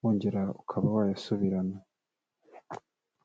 wongera ukaba wayasubirana.